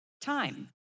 time